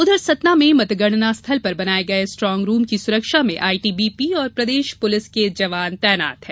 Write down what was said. उधर सतना में मतगणना स्थल पर बनाये गये स्ट्रांग रूम की सुरक्षा में आईटीबीपी और प्रदेश पुलिस के जवान तैनात हैं